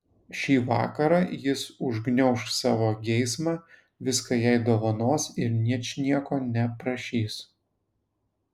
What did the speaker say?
šį vakarą jis užgniauš savo geismą viską jai dovanos ir ničnieko neprašys